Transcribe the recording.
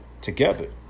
together